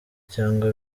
cyangwa